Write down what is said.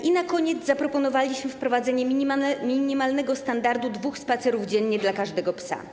I na koniec zaproponowaliśmy wprowadzenie minimalnego standardu dwóch spacerów dziennie dla każdego psa.